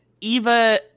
Eva